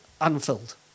unfilled